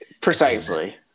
Precisely